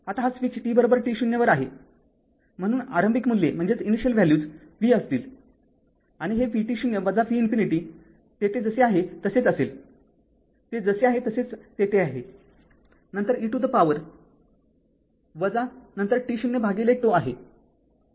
आता हा switch tt0 वर आहे म्हणून आरंभिक मूल्ये v असतील हे vt0 v ∞ तेथे जसे आहे तसेच असेल ते जसे आहे तसे तेथे आहे नंतर e to the power नंतर t0 भागिले τ आहे